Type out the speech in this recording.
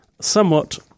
somewhat